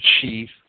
chief